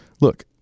look